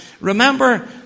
remember